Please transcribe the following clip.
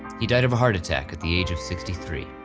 he died of a heart attack at the age of sixty three.